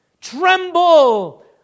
Tremble